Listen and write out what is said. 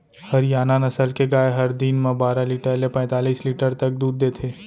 हरियाना नसल के गाय हर दिन म बारा लीटर ले पैतालिस लीटर तक दूद देथे